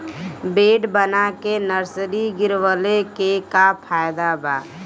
Bed बना के nursery गिरवले के का फायदा बा?